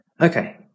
Okay